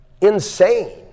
insane